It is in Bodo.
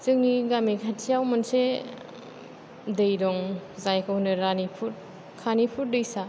जोंनि गामि खाथियाव मोनसे दै दं जायखौ होनो रानिपुर खानिफुर दैसा